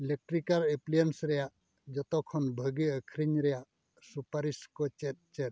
electrical appliance ᱨᱮᱭᱟᱜ ᱡᱚᱛᱚ ᱠᱷᱚᱱ ᱵᱷᱟᱹᱜᱤ ᱟᱹᱠᱷᱨᱤᱧ ᱨᱮᱭᱟᱜ ᱥᱩᱯᱟᱨᱤᱥ ᱠᱚ ᱪᱮᱫ ᱪᱮᱫ